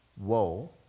whoa